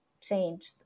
changed